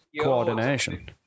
coordination